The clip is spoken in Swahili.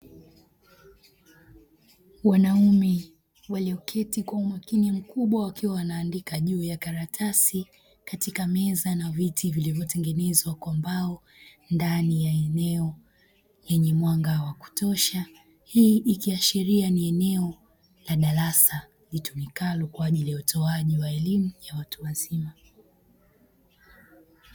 Wanaume walioketi kwa umakini mkubwa wakiwa wana andika juu ya karatsi katika meza na viti vilivyotengenezwa kwa mbao ndani ya eneo lenye mwanga wa kutosha, hii ikiashiria ni eneo la darasa litumikalo kwa ajili ya utoaji wa elimu ya watu wazima.